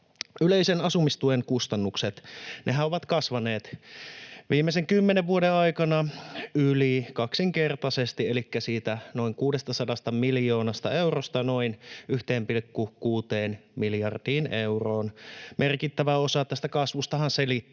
Yleisen asumistuen kustannukset ovat kasvaneet viimeisen 10 vuoden aikana yli kaksinkertaisesti, elikkä siitä noin 600 miljoonasta eurosta noin 1,6 miljardiin euroon. Merkittävä osa tästä kasvustahan selittyy